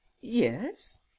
Yes